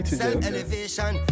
self-elevation